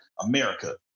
America